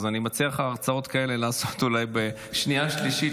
אז אני מציע לך לעשות הרצאות כאלה אולי בשנייה ושלישית,